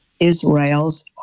Israel's